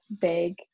big